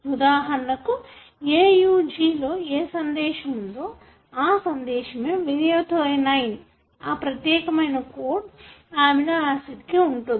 ఉదాహరణకు AUG లో ఏ సందేశం ఉందో ఆ సందేశమే మెథనైన్ ఆ ప్రత్యేకమైన కోడ్ ఆ అమినోయాసిడ్ కి ఉంటుంది